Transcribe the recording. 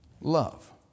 Love